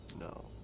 No